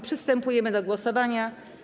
Przystępujemy do głosowania.